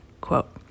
Quote